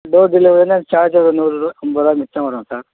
door டெலிவெரினா charge ஒரு நூறுபா ஐம்பதுருவா மிச்சம் வரும் சார்